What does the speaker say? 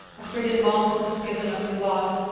a frigate long since given up for lost,